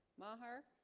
maher